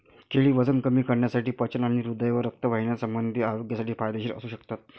केळी वजन कमी करण्यासाठी, पचन आणि हृदय व रक्तवाहिन्यासंबंधी आरोग्यासाठी फायदेशीर असू शकतात